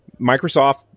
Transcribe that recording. Microsoft